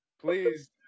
Please